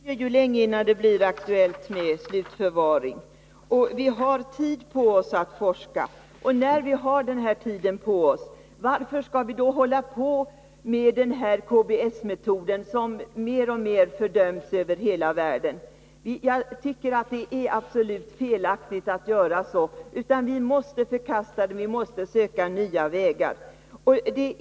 Herr talman! Det dröjer ju länge innan det blir aktuellt med slutförvaring, varför vi har tid på oss att forska. Varför skall vi då använda KBS-metoden, som mer och mer fördöms över hela världen? Jag tycker att detta är helt felaktigt. Vi måste förkasta metoden och söka nya vägar.